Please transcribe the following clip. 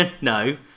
No